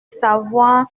savoir